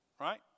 Right